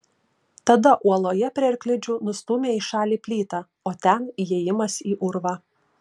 tada uoloje prie arklidžių nustūmė į šalį plytą o ten įėjimas į urvą